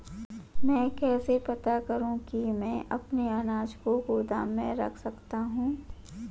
मैं कैसे पता करूँ कि मैं अपने अनाज को गोदाम में रख सकता हूँ?